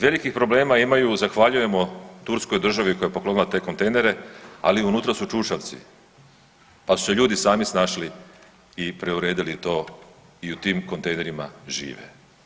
Velikih problema imaju, zahvaljujemo Turskoj državi koja je poklonila te kontejnera, ali unutra su čučavci pa su se ljudi sami snašli i preuredili to i u tim kontejnerima žive.